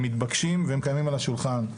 הם מתבקשים והם קיימים על השולחן.